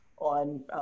on